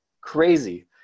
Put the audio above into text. crazy